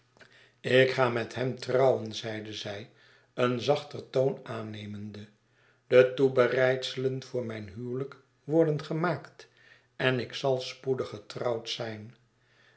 ik ga met hem trouwen zeide zij een zachter toon aannemende be toebereidselen voor mijn huwelijk worden gemaakt en ik zal spoedig getrouwd zijn